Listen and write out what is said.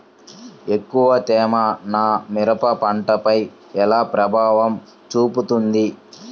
ఎక్కువ తేమ నా మిరప పంటపై ఎలా ప్రభావం చూపుతుంది?